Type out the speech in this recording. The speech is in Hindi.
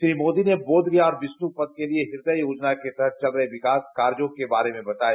श्री मोदी ने बोधगया और विष्णुपद मंदिर के लिए हृदय योजना के तहत चल रहे विकास कार्यो के बारे में बताया